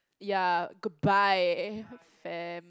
ya goodbye fam